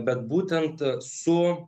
bet būtent su